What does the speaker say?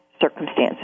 circumstances